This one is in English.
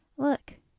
look,